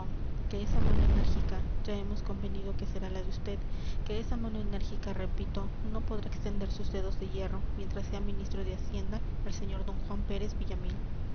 procedimientos ejecutivos pero harto sabe vd pipaón que esa mano enérgica ya hemos convenido que será la de vd que esa mano enérgica repito no podrá extender sus dedos de hierro mientras sea ministro de hacienda el sr d juan pérez villamil